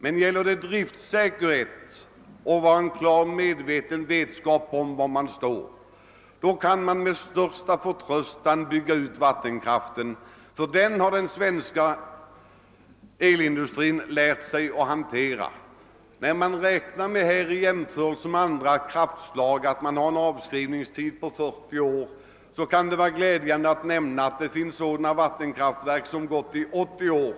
Men när det gäller driftsäkerheten och vetskapen om var man står kan man med största förtröstan bygga ut vattenkraften, ty den har den svenska elindustrin lärt sig att handskas med. För andra kraftverk räknar man med en avskrivningstid på 40 år, och det kan då vara glädjande att höra att vi har vattenkraftverk som har varit i drift i 80 år.